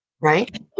right